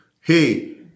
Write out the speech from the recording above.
Hey